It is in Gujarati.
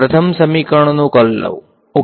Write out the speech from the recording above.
જો હું પ્રથમ સમીકરણનો કર્લ લઉં